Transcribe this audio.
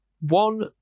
one